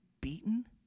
beaten